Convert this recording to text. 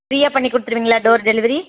ஃப்ரீயாக பண்ணிக் கொடுத்துருவீங்களா டோர் டெலிவரி